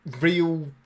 real